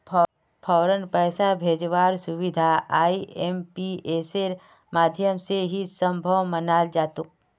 फौरन पैसा भेजवार सुबिधा आईएमपीएसेर माध्यम से ही सम्भब मनाल जातोक